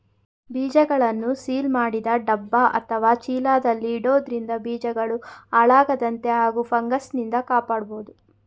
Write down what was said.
ಬೀಜಗಳನ್ನು ಸೀಲ್ ಮಾಡಿದ ಡಬ್ಬ ಅತ್ವ ಚೀಲದಲ್ಲಿ ಇಡೋದ್ರಿಂದ ಬೀಜಗಳು ಹಾಳಾಗದಂತೆ ಹಾಗೂ ಫಂಗಸ್ನಿಂದ ಕಾಪಾಡ್ಬೋದು